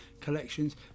collections